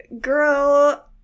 girl